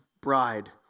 bride